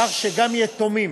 כך שגם יתומים